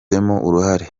uruhare